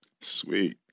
Sweet